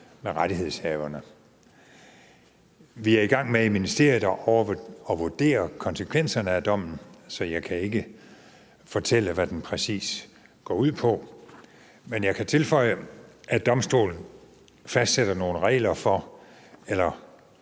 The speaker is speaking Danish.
med rettighedshaverne. Vi er i ministeriet i gang med at vurdere konsekvenserne af dommen, så jeg kan ikke fortælle, hvad den præcis går ud på, men jeg kan tilføje, at Domstolen nævner nogle retningslinjer